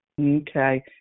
Okay